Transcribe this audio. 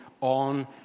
on